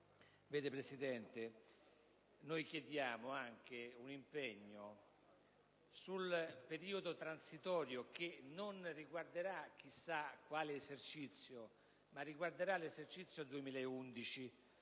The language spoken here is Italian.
però noi chiediamo anche un impegno sul periodo transitorio, che non riguarderà chissà quale esercizio ma l'esercizio 2011,